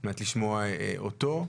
על מנת לשמוע אותו.